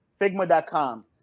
Figma.com